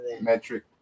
metric